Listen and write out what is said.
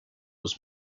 was